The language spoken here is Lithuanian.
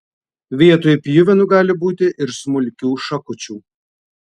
vietoj pjuvenų gali būti ir smulkių šakučių